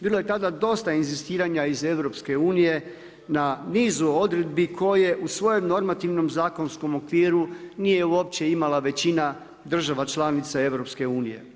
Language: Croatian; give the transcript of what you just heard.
Bilo je tada dosta inzistiranja iz EU na nizu odredbi koje u svojem normativnom zakonskom okviru nije uopće imala većina država članica EU.